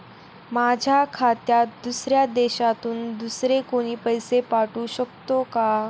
माझ्या खात्यात दुसऱ्या देशातून दुसरे कोणी पैसे पाठवू शकतो का?